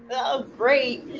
ah great,